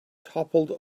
toppled